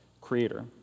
creator